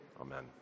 Amen